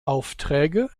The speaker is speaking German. aufträge